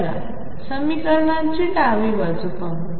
चला समीकरणांची डावी बाजू पाहू